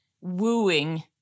wooing